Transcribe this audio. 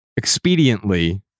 expediently